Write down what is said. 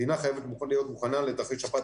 המדינה חייבת להיות מוכנה לתרחיש שפעת